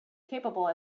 capable